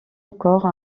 encore